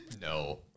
No